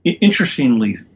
Interestingly